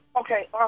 Okay